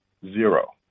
Zero